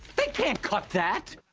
they can't cut that.